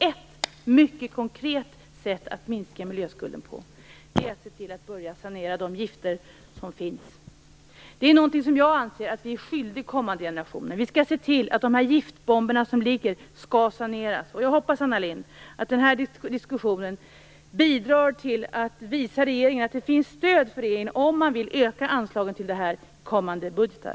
Ett mycket konkret sätt att minska miljöskulden är att se till att börja sanera de gifter som finns. Det är någonting som jag anser att vi är skyldiga kommande generationer. Vi skall se till att giftbomberna som finns skall saneras. Jag hoppas, Anna Lindh, att den här diskussionen bidrar till att visa regeringen att den har stöd om den vill öka anslaget till miljöskadade områden i kommande budgetar.